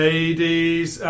Ladies